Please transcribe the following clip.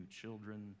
children